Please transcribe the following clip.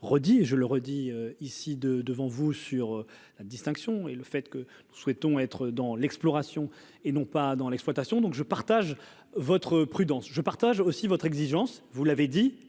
je le redis ici de devant vous sur la distinction et le fait que. Souhaitons être dans l'exploration et non pas dans l'exploitation, donc je partage votre prudence je partage aussi votre exigence, vous l'avez dit,